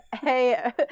Hey